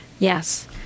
Yes